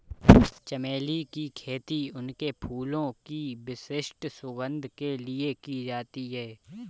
चमेली की खेती उनके फूलों की विशिष्ट सुगंध के लिए की जाती है